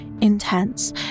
intense